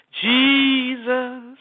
Jesus